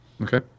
Okay